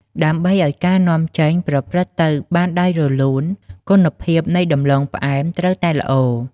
ដើម្បីឱ្យការនាំចេញប្រព្រឹត្តទៅបានដោយរលូន គុណភាពនៃដំឡូងផ្អែមត្រូវតែល្អ។